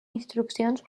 instruccions